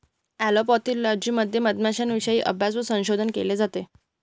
apiology मध्ये मधमाश्यांविषयी अभ्यास व संशोधन केले जाते